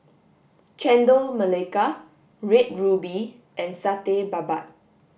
Chendol Melaka Red Ruby and Satay Babat